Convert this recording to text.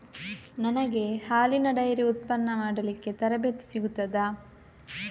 ನನಗೆ ಹಾಲಿನ ಡೈರಿ ಉತ್ಪನ್ನ ಮಾಡಲಿಕ್ಕೆ ತರಬೇತಿ ಸಿಗುತ್ತದಾ?